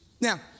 Now